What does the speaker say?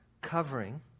covering